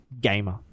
gamer